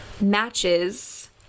matches